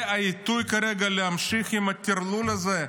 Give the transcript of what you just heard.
זה העיתוי כרגע להמשיך עם הטרלול הזה,